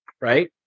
right